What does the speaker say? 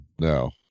No